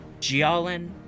Jialin